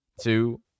two